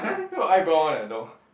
here got eyebrow one eh the dog